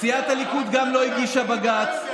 סיעת הליכוד גם לא הגישה בג"ץ.